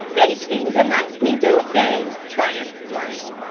they seem to like me, don't they? triumphed flame.